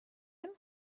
him